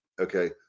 okay